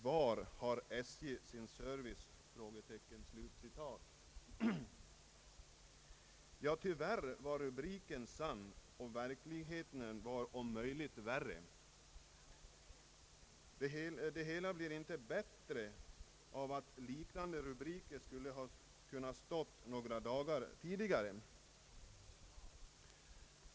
Var har SJ sin service?» Tyvärr var rubriken sann, och verkligheten var om möjligt värre. Det hela blir inte bättre av att liknande rubriker skulle ha kunnat stå några dagar tidigare.